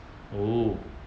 oh